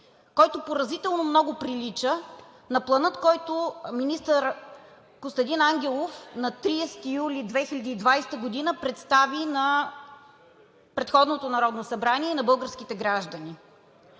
който поразително много прилича на плана, който министър Костадин Ангелов на 30 юли 2020 г. представи на предходното Народно събрание и на българските граждани.